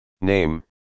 Name